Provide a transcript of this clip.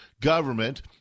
government